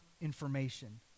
information